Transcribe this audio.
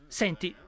senti